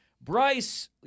Bryce